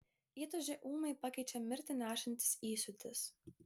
įtūžį ūmai pakeičia mirtį nešantis įsiūtis